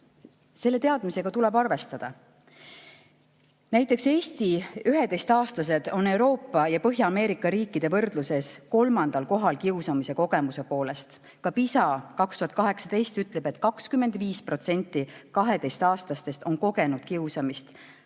Selle teadmisega tuleb arvestada. Näiteks on Eesti 11‑aastased Euroopa ja Põhja-Ameerika riikide võrdluses kolmandal kohal kiusamise kogemuse poolest. Ka PISA 2018 ütleb, et 25% 12‑aastastest on kogenud kiusamist.